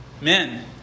Men